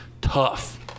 tough